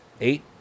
Eight